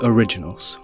Originals